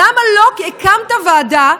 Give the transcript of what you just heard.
למה לא הקמת ועדה?